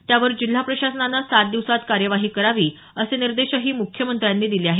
त्यावर जिल्हा प्रशासनानं सात दिवसात कायंवाही करावी असे निर्देशही मुख्यमंत्र्यांनी दिले आहेत